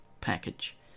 package